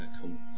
come